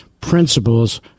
principles